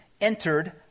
entered